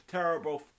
terrible